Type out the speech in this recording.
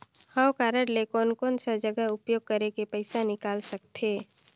हव कारड ले कोन कोन सा जगह उपयोग करेके पइसा निकाल सकथे?